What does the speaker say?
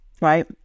right